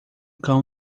cão